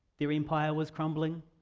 their empire was crumbling?